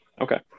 Okay